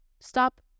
stop